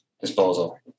disposal